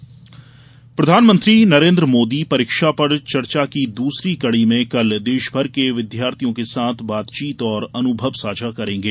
परीक्षा चर्चा प्रधानमंत्री नरेन्द्र मोदी परीक्षा पर चर्चा की दूसरी कड़ी में कल देश भर के विद्यार्थियों के साथ बातचीत और अनुभव साझा करेंगे